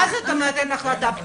מה זאת אומרת אין החלטה?